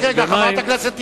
רק רגע, חברת הכנסת תירוש.